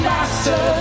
Master